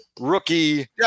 rookie